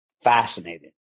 fascinating